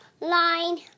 line